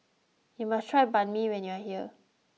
you must try Banh Mi when you are here